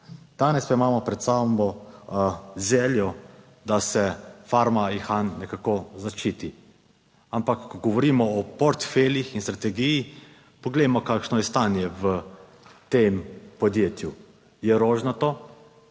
Danes pa imamo pred sabo željo, da se Farma Ihan nekako zaščiti, ampak ko govorimo o portfeljih in strategiji, poglejmo, kakšno je stanje v tem podjetju. Je rožnato?